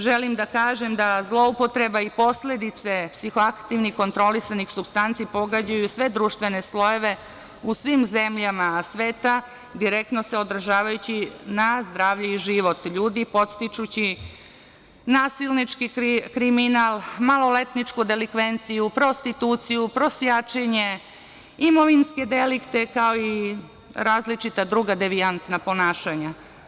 Želim da kažem da zloupotreba i posledice psihoaktivnih kontrolisanih supstanci pogađaju sve društvene slojeve u svim zemljama sveta, direktno se odražavajući na zdravlje i život ljudi, podstičući nasilnički kriminal, maloletničku delikvenciju, prostituciju, prosjačenje, imovinske delikte, kao i različita druga devijantna ponašanja.